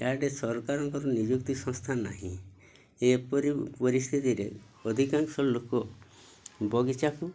ଇଆଡ଼େ ସରକାରଙ୍କର ନିଯୁକ୍ତି ସଂସ୍ଥା ନାହିଁ ଏପରି ପରିସ୍ଥିତିରେ ଅଧିକାଂଶ ଲୋକ ବଗିଚାକୁ